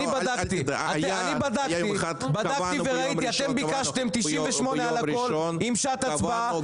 אתם ביקשתם 98 על הכול עם שעת הצבעה,